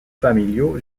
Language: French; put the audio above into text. familiaux